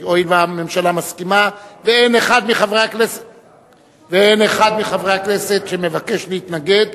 הואיל והממשלה מסכימה ואין אחד מחברי הכנסת שמבקש להתנגד.